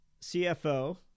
CFO